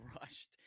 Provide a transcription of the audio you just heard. rushed